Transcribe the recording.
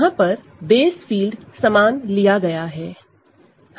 यहां पर base field सामान लिया गया है